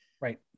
right